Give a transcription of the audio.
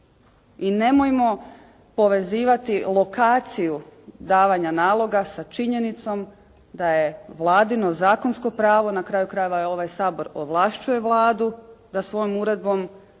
I nemojmo povezivati lokaciju davanja naloga sa činjenicom da je Vladino zakonsko pravo, na kraju krajeva, ovaj Sabor ovlašćuje Vladu da svojom uredbom